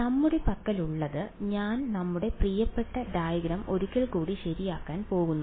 നമ്മുടെ പക്കലുള്ളത് ഞാൻ നമ്മുടെ പ്രിയപ്പെട്ട ഡയഗ്രം ഒരിക്കൽ കൂടി ശരിയാക്കാൻ പോകുന്നു